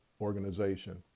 Organization